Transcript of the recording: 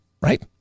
Right